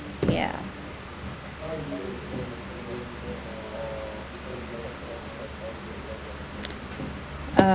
ya uh